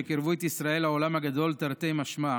שקירבה את ישראל לעולם הגדול תרתי משמע,